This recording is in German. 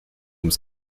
ums